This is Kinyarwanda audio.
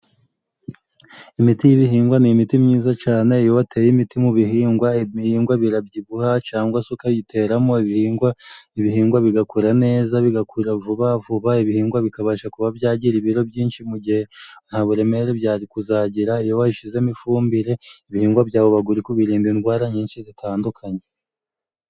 Imiti y'ibihingwa ni imiti myiza cane， iyo wateye imiti mu bihingwa，ibihingwa birabyibuha cangwa se ukayiteramo， ibihingwa bigakura neza， bigakura vuba vuba， ibihingwa bikabasha kuba byagira ibiro byinshi，mu gihe nta buremere byari kuzagira， iyo washizemo ifumbire，ibihingwa byawe ubaga uri kubirinda indwara nyinshi zitandukanye.